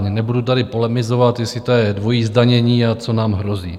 Nebudu tady polemizovat, jestli to je dvojí zdanění a co nám hrozí.